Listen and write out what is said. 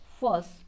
first